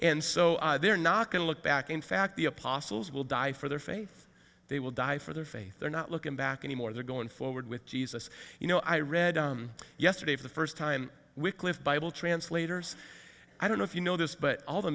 and so they're not going to look back in fact the apostles will die for their faith they will die for their faith they're not looking back anymore they're going forward with jesus you know i read yesterday for the first time wycliffe bible translators i don't know if you know this but all the